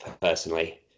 personally